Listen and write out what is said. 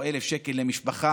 או 1,000 שקל למשפחה,